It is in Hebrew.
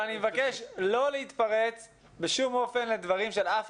אבל אני מבקש לא להתפרץ לדברים של מישהו.